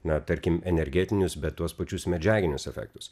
na tarkim energetinius bet tuos pačius medžiaginius efektus